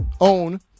own